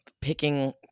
picking